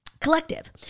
Collective